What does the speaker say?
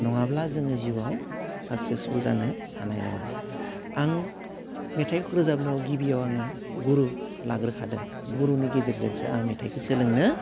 नङाब्ला जोङो जिउआव साखसेसफुल जानो हानाय नङा आं मेथाइखौ रोजाबनायाव गिबिआव आङो गुरु लाग्रोखादों गुरुनि गेजेरजोंसो आं मेथाइखौ सोलोंनो